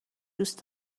دوست